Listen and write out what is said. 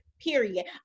period